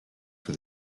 for